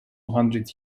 hundred